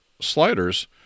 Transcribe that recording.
sliders